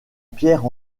pierre